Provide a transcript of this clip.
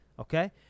Okay